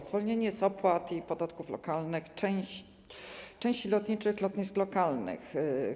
Zwolnienie z opłat i podatków lokalnych części lotniczych lotnisk lokalnych.